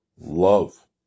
love